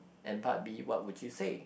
and part B what would you say